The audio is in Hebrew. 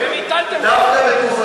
אתם ביטלתם בקדימה, אתה לא מתבייש?